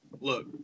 Look